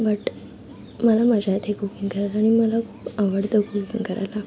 but मला मजा येते कुकिंग करायला आणि मला आवडतं कुकिंग करायला